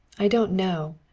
i don't know.